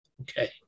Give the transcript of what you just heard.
Okay